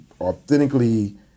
authentically